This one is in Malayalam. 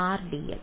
വിദ്യാർത്ഥി R dl